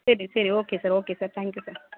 சரி சரி okay sir okay sir thank you sir